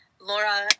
Laura